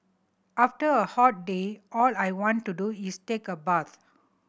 after a hot day all I want to do is take a bath